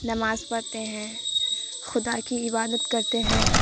نماز پڑھتے ہیں خدا کی عبادت کرتے ہیں